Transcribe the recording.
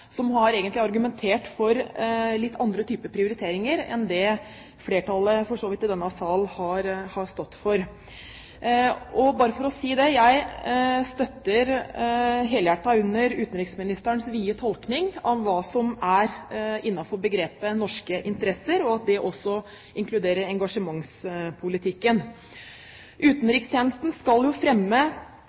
som egentlig har argumentert for litt andre typer prioriteringer enn det flertallet i denne sal for så vidt har stått for. Bare for å si det: Jeg støtter helhjertet opp under utenriksministerens vide tolkning av hva som er innenfor begrepet «norske interesser», og at det også inkluderer engasjementspolitikken. Utenrikstjenesten skal fremme